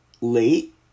late